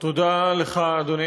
תודה לך, אדוני